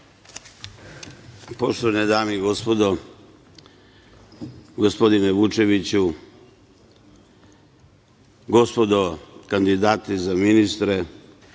Poštovane dame i gospodo, gospodine Vučeviću, gospodo kandidati za ministre,